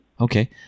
Okay